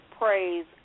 praise